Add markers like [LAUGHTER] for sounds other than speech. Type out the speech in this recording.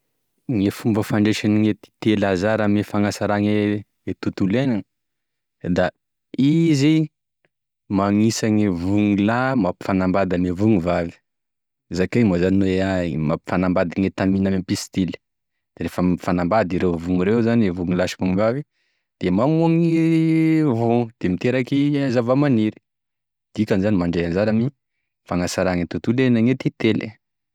E fomba fandresan'e titely anzara ame fagnasara ge tontolo ianany da izy magnisane agne vogno lahy mampifanambady agne vogno vavy, zakay moa zany hoe mampifanambady gn'etamine ame pistile, rehefa mifanambady ireo vogno reo zany, vogno lahy sy vogno vavy, da magnome [HESITATION] vogno da miteraky zavamaniry, dikan'izany mandray anjara ame fagnasara gne tontolo iainagny e titely.